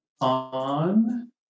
on